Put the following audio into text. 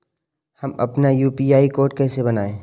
हम अपना UPI code कैसे बनाएँ?